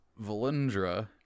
Valindra